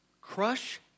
Crush